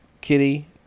kitty